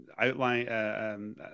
outline